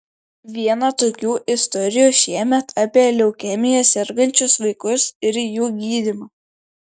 viena tokių istorijų šiemet apie leukemija sergančius vaikus ir jų gydymą